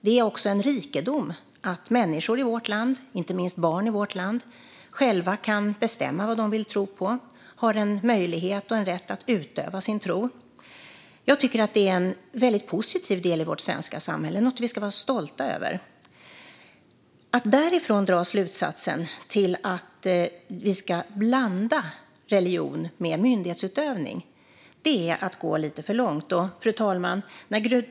Det är också en rikedom att människor, inte minst barn, i vårt land själva kan bestämma vad de vill tro på och har möjlighet och rätt att utöva sin tro. Jag tycker att det är en väldigt positiv del i vårt svenska samhälle och något vi ska vara stolta över. Att därifrån dra slutsatsen till att vi ska blanda religion med myndighetsutövning är att gå lite för långt.